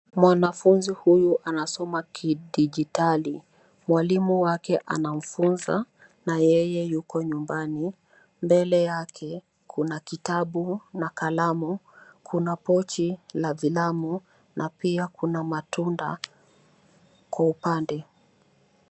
Mwanafumzi huyu anasoma kidigitali, mwalimu wake anamfunza na yeye yuko nyumbani, mbele yake kuna kitabu na kalamu. Kuna pochi la vilamu na pia kuna matunda kwa upande.